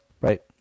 Right